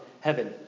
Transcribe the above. heaven